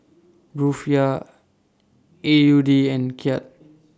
Rufiyaa A U D and Kyat